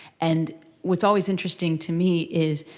and what's always interesting to me is